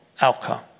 outcome